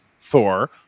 Thor